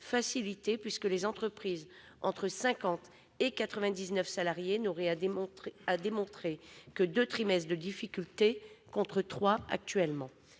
facilitée, puisque les entreprises comptant entre 50 et 99 salariés n'auraient à faire état que de deux trimestres de difficultés, contre trois actuellement.